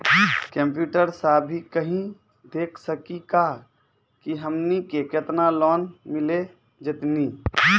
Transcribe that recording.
Computer सा भी कही देख सकी का की हमनी के केतना लोन मिल जैतिन?